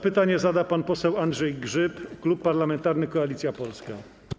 Pytanie zada pan poseł Andrzej Grzyb, Klub Parlamentarny Koalicja Polska.